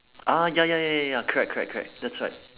ah ya ya ya ya ya correct correct correct that's right